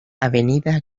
avenida